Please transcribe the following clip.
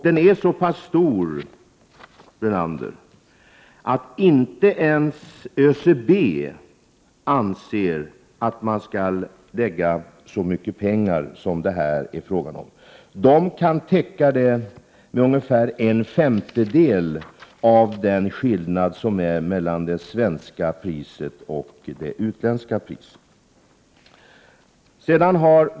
Den är så pass stor, Lennart Brunander, att inte ens ÖCB anser att man skall lägga ut så mycket pengar som det är fråga om. Överstyrelsen kan ge försörjningsberedskapsstöd med ungefär en femtedel av prisskillnaden mellan de svenska och de utländska anbuden.